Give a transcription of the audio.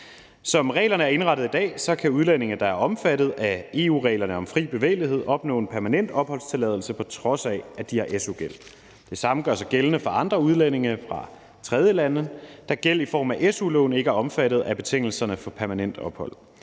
Som reglerne er indrettet i dag, kan udlændinge, der er omfattet af EU-reglerne om fri bevægelighed, opnå en permanent opholdstilladelse, på trods af at de har su-gæld. Det samme gør sig gældende for udlændinge fra tredjelande, da gæld i form af su-lån ikke er omfattet af betingelserne for permanent ophold.